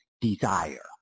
desire